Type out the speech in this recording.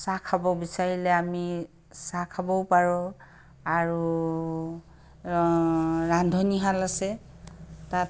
চাহ খাব বিচাৰিলে আমি চাহ খাবও পাৰোঁ আৰু ৰান্ধনীশাল আছে তাত